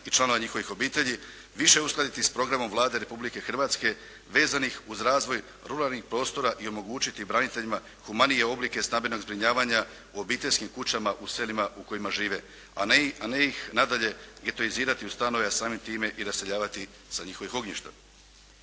i članova njihovih obitelji, više uskladiti s programom Vlade Republike Hrvatske vezanih uz razvoj ruralnih prostora i omogućiti braniteljima humanije oblike stambenog zbrinjavanja u obiteljskim kućama u selima u kojima žive, a ne ih nadalje getoizirati u stanove, a samim time i raseljavati sa njihovih ognjišta.